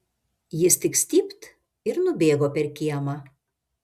jis tik stypt ir nubėgo per kiemą